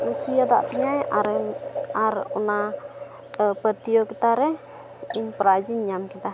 ᱠᱩᱥᱤᱭᱟᱠᱟᱫ ᱛᱤᱧᱟᱹ ᱟᱨᱮ ᱟᱨ ᱚᱱᱟ ᱯᱨᱚᱛᱤᱡᱳᱜᱤᱛᱟ ᱨᱮ ᱤᱧ ᱯᱨᱟᱭᱤᱡᱽ ᱤᱧ ᱧᱟᱢ ᱠᱮᱫᱟ